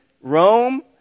Rome